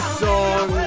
song